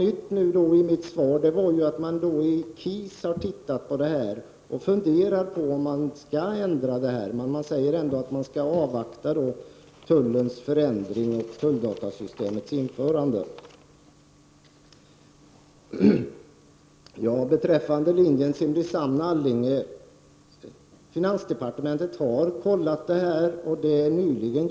Det nya i mitt svar var att jag sade att KIS har sett över detta. Man funderar där över huruvida detta skall ändras. Dock skall man avvakta tullens förändring och tulldatasystemets införande. Finansdepartement har kontrollerat frågan om linjen Simrishamn-Allinge. Det gjordes nyligen.